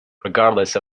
regardless